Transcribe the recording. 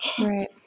right